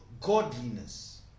godliness